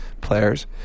players